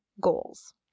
goals